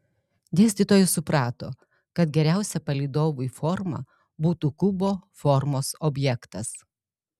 dėstytojas suprato kad geriausia palydovui forma būtų kubo formos objektas